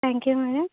thank you madam